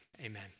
amen